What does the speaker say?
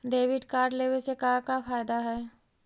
Debit card लेवे से का का फायदा है?